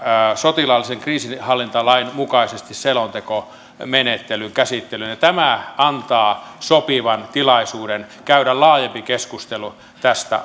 sotilaallisen kriisinhallintalain mukaisesti selontekomenettelyn käsittelyn ja tämä antaa sopivan tilaisuuden käydä laajempi keskustelu tästä